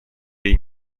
jej